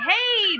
Hey